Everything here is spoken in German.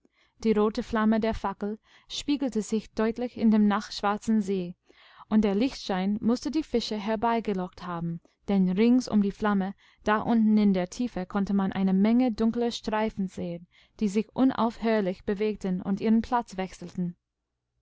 die rote flamme der fackel spiegelte sich deutlich in dem nachtschwarzen see und der lichtschein mußte die fische herbeigelockt haben denn rings um die flamme da unten in der tiefe konnte man eine mengedunklerstreifensehen diesichunaufhörlichbewegtenundihrenplatz wechselten